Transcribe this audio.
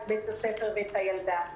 את בית הספר ואת הילדה.